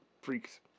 freaks